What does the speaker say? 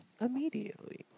immediately